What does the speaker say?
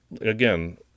again